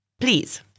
Please